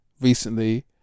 recently